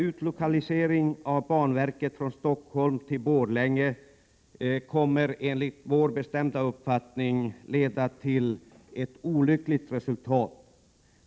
Utlokaliseringen av banverket från Stockholm till Borlänge kommer enligt vår bestämda uppfattning att leda till ett olyckligt resultat.